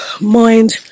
mind